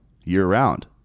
year-round